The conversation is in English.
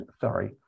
sorry